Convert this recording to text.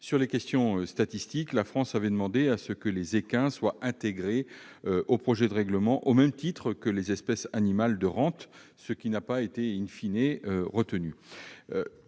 Sur la question des statistiques, la France avait demandé que les équins soient intégrés au projet de règlement, au même titre que les autres espèces animales de rente, ce qui,, n'a pas été retenu.